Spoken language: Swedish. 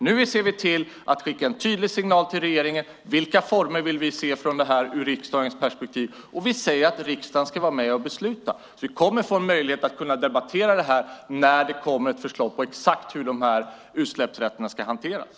Nu ser vi till att skicka en tydlig signal till regeringen om vilka former som vi vill se i fråga om detta ur riksdagens perspektiv. Och vi säger att riksdagen ska vara med och besluta. Vi kommer alltså att få en möjlighet att debattera detta när det kommer ett förslag om exakt hur dessa utsläppsrätter ska hanteras.